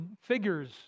figures